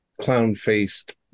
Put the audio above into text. clown-faced